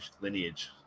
lineage